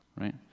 right